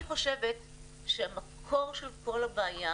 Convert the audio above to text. אני חושבת שמקור כל הבעיה